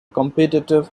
competitive